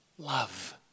Love